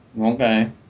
okay